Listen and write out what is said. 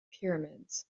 pyramids